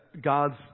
God's